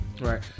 Right